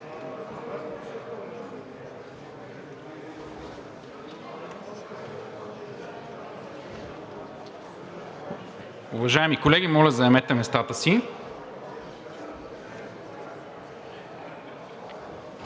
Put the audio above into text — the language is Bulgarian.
Уважаеми колеги, моля, заемете местата си!